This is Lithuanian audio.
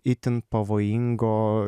itin pavojingo